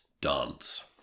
Dance